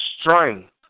strength